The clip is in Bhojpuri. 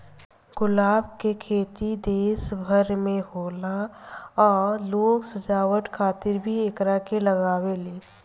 गुलाब के खेती देश भर में होला आ लोग सजावट खातिर भी एकरा के लागावेले